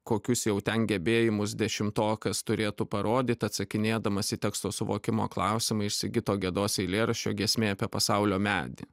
kokius jau ten gebėjimus dešimtokas turėtų parodyt atsakinėdamas į teksto suvokimo klausimą iš sigito gedos eilėraščio giesmė apie pasaulio medį